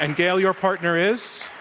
and gail, your partner is?